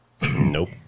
Nope